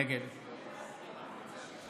נגד